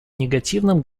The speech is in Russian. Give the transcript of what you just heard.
негативным